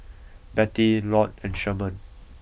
Bette Loyd and Sherman